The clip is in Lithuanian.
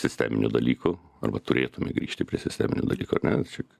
sisteminių dalykų arba turėtume grįžti prie sisteminių dalykų ar ne šiaip